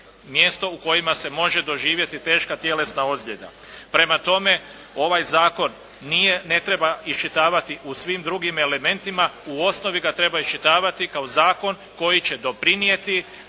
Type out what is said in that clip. mjesto u kojima se može doživjeti teška tjelesna ozljeda. Prema tome, ovaj zakon ne treba iščitavati u svim drugim elementima. U osnovi ga treba iščitavati kao zakon koji će doprinijeti